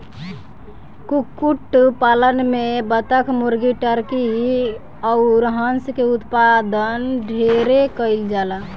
कुक्कुट पालन में बतक, मुर्गी, टर्की अउर हंस के उत्पादन ढेरे कईल जाला